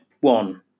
one